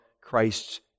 Christ's